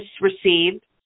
received